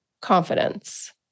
confidence